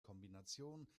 kombination